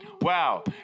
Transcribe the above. Wow